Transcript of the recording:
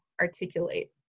articulate